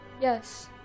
Yes